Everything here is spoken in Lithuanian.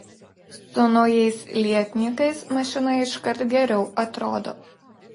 su naujais lietnykais mašina iškart geriau atrodo